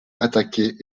attaquer